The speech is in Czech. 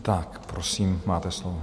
Tak prosím, máte slovo.